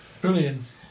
Brilliant